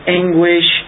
anguish